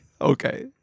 Okay